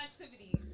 activities